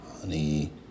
Honey